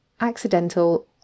accidental